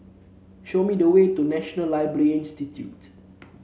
show me the way to National Library Institute